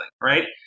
right